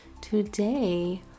today